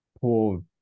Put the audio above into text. poor